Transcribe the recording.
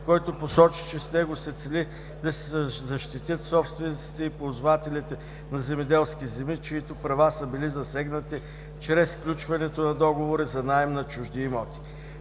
който посочи, че с него се цели да се защитят собствениците и ползвателите на земеделски земи, чиито права са били засегнати чрез сключването на договори за наем на чужди имоти.